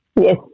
Yes